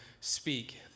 speak